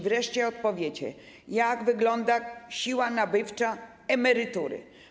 Wreszcie odpowiedzcie, jak wygląda siła nabywcza emerytury.